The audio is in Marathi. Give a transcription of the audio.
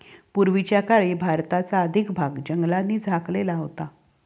पूर्वीच्या काळी भारताचा अधिक भाग जंगलांनी झाकलेला होता